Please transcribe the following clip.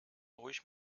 ruhig